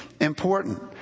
important